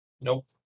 Nope